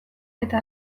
eta